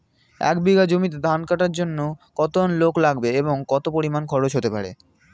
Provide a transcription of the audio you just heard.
এক বিঘা জমিতে ধান কাটার জন্য কতজন লোক লাগবে এবং কত পরিমান খরচ হতে পারে?